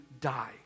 die